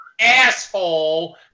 asshole